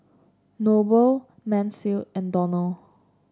Noble Mansfield and Donnell